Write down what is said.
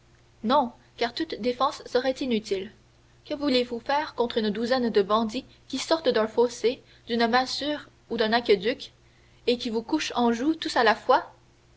non car toute défense serait inutile que voulez-vous faire contre une douzaine de bandits qui sortent d'un fossé d'une masure ou d'un aqueduc et qui vous couchent en joue tous à la fois